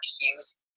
Hughes